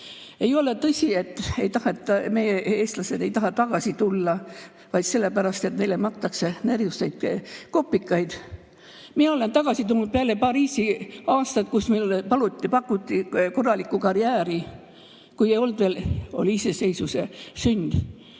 ei ole tõsi, et meie eestlased ei taha tagasi tulla sellepärast, et neile makstakse näruseid kopikaid. Mina olen tagasi tulnud peale Pariisi-aastat, kus mulle pakuti korralikku karjääri, kui oli veel iseseisvuse sünd.